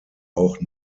auch